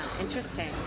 interesting